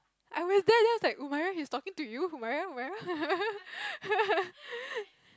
I was there then I was like oh Myra he's talking to you Myra Myra